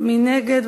מי נגד?